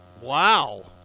Wow